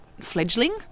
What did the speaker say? fledgling